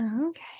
Okay